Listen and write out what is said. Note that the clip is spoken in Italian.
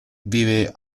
vive